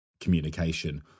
communication